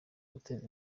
guteza